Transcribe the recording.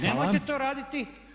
Nemojte to raditi.